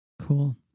cool